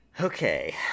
Okay